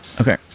Okay